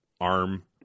arm